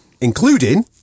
Including